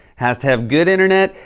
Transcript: has to have good internet,